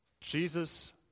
Jesus